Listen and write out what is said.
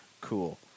Cool